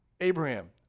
Abraham